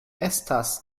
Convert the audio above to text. estas